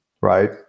right